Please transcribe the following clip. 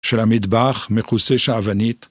של המטבח מכוסה שעוונית